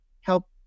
help